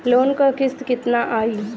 Loan क किस्त कितना आई?